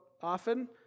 often